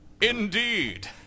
Indeed